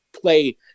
play